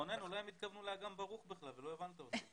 רונן, אולי הם התכוונו לאגם ברוך ולא הבנת אותם.